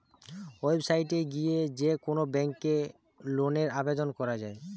website এ গিয়ে যে কোন ব্যাংকে লোনের আবেদন করা যায়